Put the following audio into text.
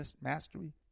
mastery